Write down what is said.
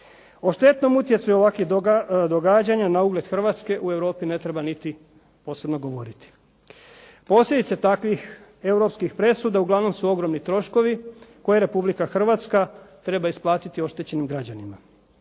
O štetnom utjecaju ovakvih događanja na ugled Hrvatske u Europi ne treba niti posebno govoriti. Posljedice takvih europskih presuda uglavnom su ogromni troškovi koje Republika Hrvatska treba isplatiti oštećenim građanima.